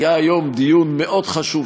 היום התקיים כאן דיון מאוד חשוב,